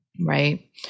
Right